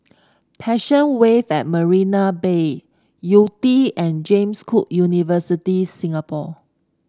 Passion Wave at Marina Bay Yew Tee and James Cook University Singapore